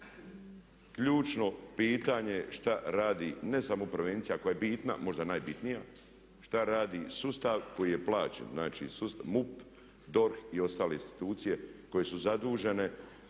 Ključno pitanje je što radi ne samo prevencija koja je bitna, možda najbitnija, što radi sustav koji je plaćen, znači MUP, DORH i ostale institucije koje su zadužene